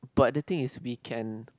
but the thing is we can